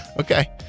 Okay